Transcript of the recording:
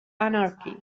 anarchy